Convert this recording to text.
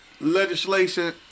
legislation